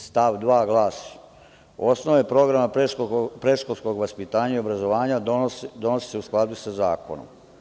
Stav 2. glasi – osnove programa predškolskog vaspitanja i obrazovanja donose se u skladu sa zakonom.